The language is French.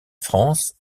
france